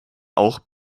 auch